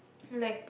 like